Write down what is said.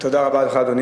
אדוני